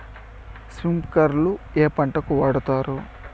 స్ప్రింక్లర్లు ఏ పంటలకు వాడుతారు?